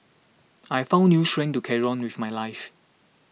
I found new strength to carry on with my lush